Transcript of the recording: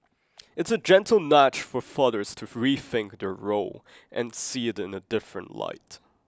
it's a gentle nudge for fathers to rethink their role and see it in a different light